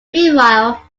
meanwhile